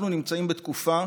אנחנו נמצאים בתקופה